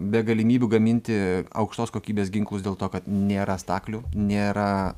be galimybių gaminti aukštos kokybės ginklus dėl to kad nėra staklių nėra